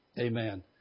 Amen